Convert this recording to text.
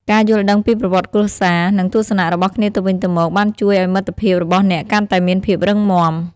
ការយល់ដឹងពីប្រវត្តិគ្រួសារ និងទស្សនៈរបស់គ្នាទៅវិញទៅមកបានជួយឲ្យមិត្តភាពរបស់អ្នកកាន់តែមានភាពរឹងមាំ។